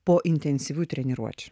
po intensyvių treniruočių